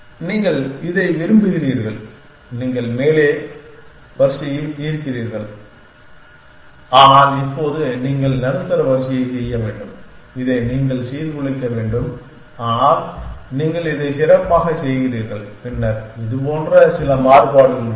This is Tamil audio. நீங்கள் இதை விரும்புகிறீர்கள் நீங்கள் மேல் வரிசையை தீர்க்கிறீர்கள் ஆனால் இப்போது நீங்கள் நடுத்தர வரிசையைச் செய்ய வேண்டும் இதை நீங்கள் சீர்குலைக்க வேண்டும் ஆனால் நீங்கள் இதைச் சிறப்பாகச் செய்கிறீர்கள் பின்னர் இதுபோன்ற சில மாறுபாடுகள் உள்ளன